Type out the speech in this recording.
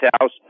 House